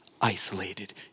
isolated